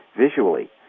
visually